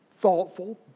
thoughtful